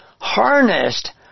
harnessed